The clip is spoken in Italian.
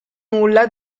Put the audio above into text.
nulla